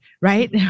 right